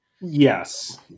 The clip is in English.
Yes